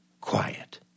Quiet